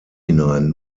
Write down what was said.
hinein